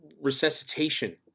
resuscitation